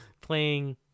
playing